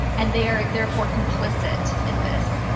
and they are therefore complicit in this.